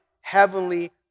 heavenly